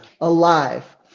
alive